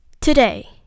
Today